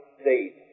state